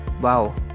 Wow